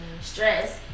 stress